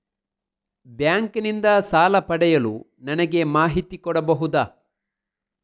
Bank ನಿಂದ ಸಾಲ ಪಡೆಯಲು ನನಗೆ ಮಾಹಿತಿ ಕೊಡಬಹುದ?